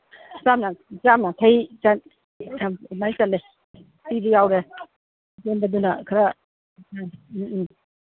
ꯆꯥꯝ ꯌꯥꯡꯈꯩ ꯑꯗꯨꯃꯥꯏꯅ ꯆꯠꯂꯦ ꯌꯥꯎꯔꯦ ꯑꯇꯦꯟꯕꯗꯨꯅ ꯈꯔ ꯎꯝ ꯎꯝ ꯎꯝ